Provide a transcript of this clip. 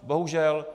Bohužel.